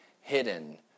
hidden